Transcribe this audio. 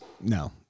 No